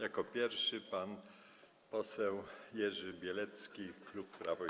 Jako pierwszy pan poseł Jerzy Bielecki, klub Prawo i